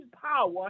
power